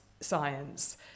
science